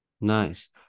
Nice